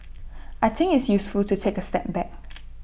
I think it's useful to take A step back